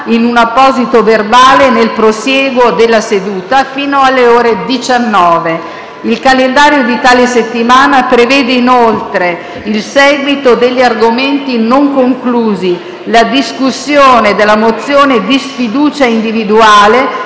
in un apposito verbale nel prosieguo della seduta, fino alle ore 19. Il calendario di tale settimana prevede, inoltre, il seguito degli argomenti non conclusi, la discussione della mozione di sfiducia individuale